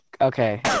Okay